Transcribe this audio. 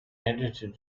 edited